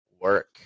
work